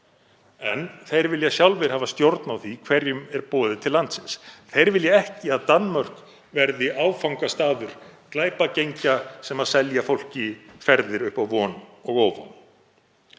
en þeir vilja sjálfir hafa stjórn á því hverjum er boðið til landsins. Þeir vilja ekki að Danmörk verði áfangastaður glæpagengja sem selja fólki ferðir upp á von og óvon.